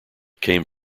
came